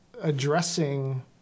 addressing